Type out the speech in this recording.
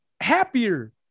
happier